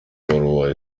ibaruwa